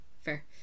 fair